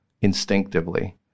instinctively